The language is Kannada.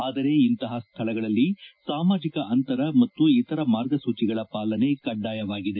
ಆದರೆ ಇಂತಹ ಸ್ಥಳಗಳಲ್ಲಿ ಸಾಮಾಜಿಕ ಅಂತರ ಮತ್ತು ಇತರ ಮಾರ್ಗಸೂಚಿಗಳ ಪಾಲನೆ ಕಡ್ಡಾಯವಾಗಿದೆ